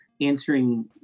answering